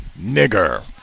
Nigger